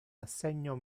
assegno